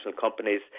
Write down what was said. companies